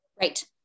Right